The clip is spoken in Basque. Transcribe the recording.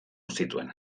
zituen